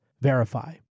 verify